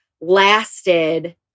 lasted